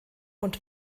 und